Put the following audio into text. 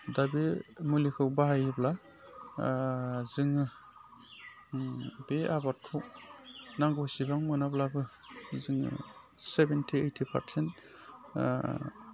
दा बे मुलिखौ बाहायोब्ला जोङो बे आबादखौ नांगौसेबां मोनाब्लाबो जोङो सेभेन्टि ऐटि पारसेन्ट